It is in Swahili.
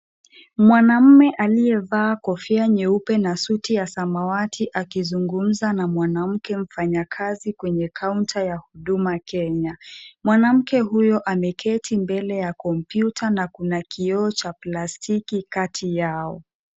Mwanamume aliyevaa kofia nyeupe na suti ya samawati akizungumza na mwanamke mfanyakazi kwenye kaunta ya huduma Kenya. Mwanamke huyo ameketi mbele ya computer na kuna kioo cha plastiki kati yao.